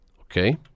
Okay